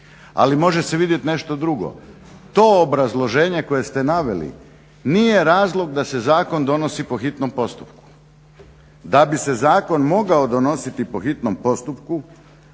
Ali može se vidjeti nešto drugo. To obrazloženje koje ste naveli nije razlog da se zakon donosi po hitnom postupku. da bi se zakon mogao donositi po hitnom postupku